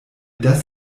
das